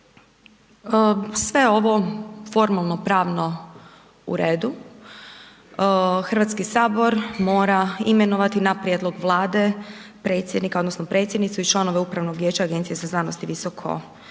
je ovo formalno, pravno u redu. Hrvatski sabor mora imenovati na prijedlog Vlade predsjednika, odnosno predsjednicu i članove Upravnog vijeća Agencije za znanost i visoko